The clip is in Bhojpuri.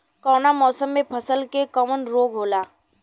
कवना मौसम मे फसल के कवन रोग होला?